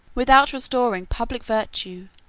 without restoring public virtue,